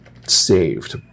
saved